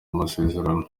amasezerano